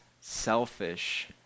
selfish